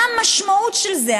מה המשמעות של זה?